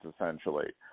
essentially